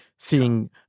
seeing